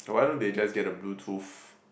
why don't they just get a bluetooth